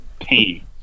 Pain